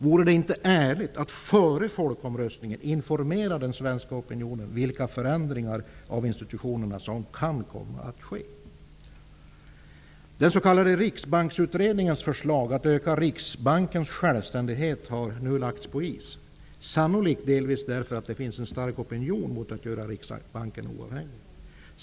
Vore det inte ärligt att före folkomröstningen informera den svenska opinionen om vilka förändringar av institutionerna som kan komma att ske? Riksbankens självständighet har nu lagts på is. Det beror sannolikt delvis på att det finns en stark opinion mot att göra Riksbanken oavhängig.